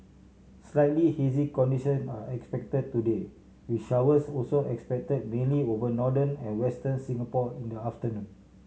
slightly hazy condition are expected today with showers also expected mainly over northern and Western Singapore in the afternoon